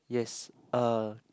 yes uh